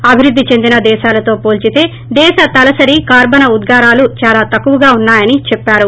అభివృద్ది చెందిన దేశాలతో పోల్సితే దేశ తలసరి కార్పన్ ఉద్దారాలు చాలా తక్కువగా ఉన్నాయని చెప్పారు